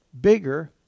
bigger